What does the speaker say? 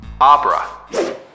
Opera